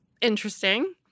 Interesting